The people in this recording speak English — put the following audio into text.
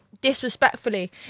disrespectfully